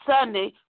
Sunday